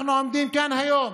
אנחנו עומדים כאן היום